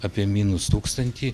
apie minus tūkstantį